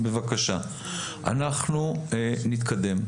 אנחנו נתקדם.